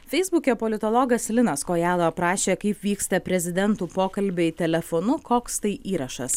feisbuke politologas linas kojala aprašė kaip vyksta prezidentų pokalbiai telefonu koks tai įrašas